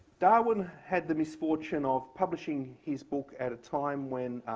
darwin had the misfortune of publishing his book at a time when